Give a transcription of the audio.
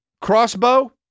crossbow